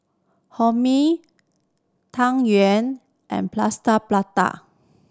Hae Mee Tang Yuen and Plaster Prata